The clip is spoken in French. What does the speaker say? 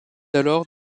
alors